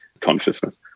consciousness